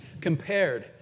compared